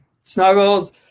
snuggles